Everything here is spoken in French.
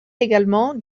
également